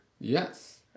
Yes